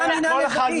מה המינהל האזרחי?